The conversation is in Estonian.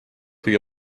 kõige